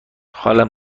حالم